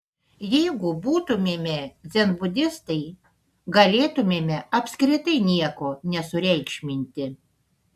jeigu būtumėme dzenbudistai galėtumėme apskritai nieko nesureikšminti